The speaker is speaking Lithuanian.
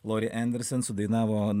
lori enderson sudainavo